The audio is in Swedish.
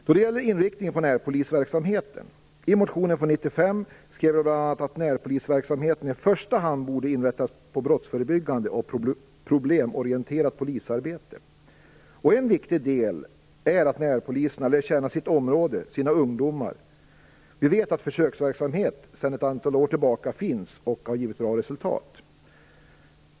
Då det gäller inriktningen på närpolisverksamheten skrev jag i motionen från 1995 bl.a. att närpolisverksamheten i första hand borde inriktas på brottsförebyggande och problemorienterat polisarbete. En viktig del är att närpoliserna lär känna sitt område, sina ungdomar. Vi vet att försöksverksamhet sedan ett antal år tillbaka finns och har givit bra resultat.